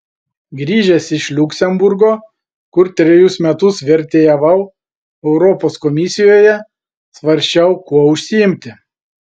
grįžęs iš liuksemburgo kur trejus metus vertėjavau europos komisijoje svarsčiau kuo užsiimti